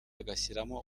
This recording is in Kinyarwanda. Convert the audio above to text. agashyiramo